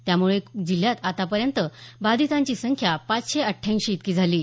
यामुळे जिल्ह्यात आतापर्यंत बाधितांची संख्या पाचशे अठ्ठ्याऐंशी इतकी झाली आहे